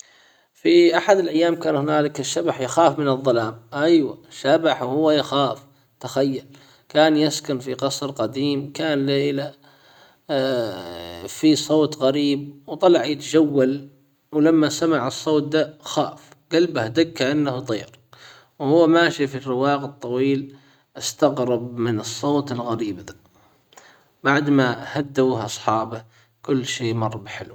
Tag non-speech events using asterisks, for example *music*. في احد الايام كان هنالك الشبح يخاف من الظلام ايوة شبح وهو يخاف تخيل كان يسكن في قصر قديم كان ليلة *hesitation* في صوت غريب وطلع يتجول ولما سمع الصوت دا خاف جلبه دق كأنه طير وهو ماشي في الرواق الطويل استغرب من الصوت الغريب ذا بعد ما هدوه اصحابه كل شيء مر بحلو.